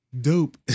dope